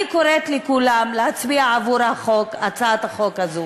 אני קוראת לכולם להצביע עבור הצעת החוק הזאת.